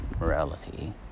morality